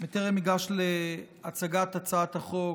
בטרם אגש להצגת הצעת החוק,